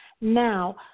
Now